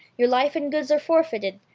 your life and goods are forfeited.